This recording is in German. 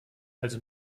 also